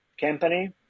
company